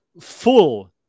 full